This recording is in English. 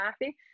happy